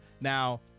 now